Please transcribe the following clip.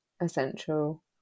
essential